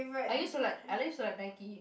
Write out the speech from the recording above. I used to like I used to like Nike